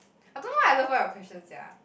I don't know why I love all your questions sia